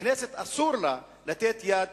הכנסת, אסור לה לתת יד